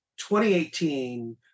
2018